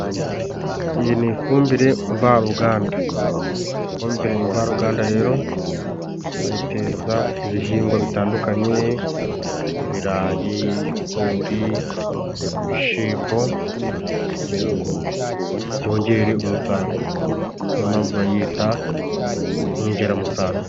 Iyi ni ifumbire mvaruganda. Ifumbire mvaruganda rero bayiteza ibihingwa bitandukanye:ibirayi, ibigori, ibishimbo kugira ngo byongere umusaruro ;niyo mpamvu bayita inyongeramusaruro.